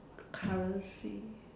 currency